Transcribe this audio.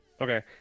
okay